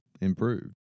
improved